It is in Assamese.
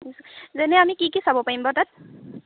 যেনে আমি কি কি চাব পাৰিম বাৰু তাত